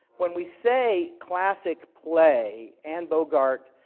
when we say classic play, anne bogart,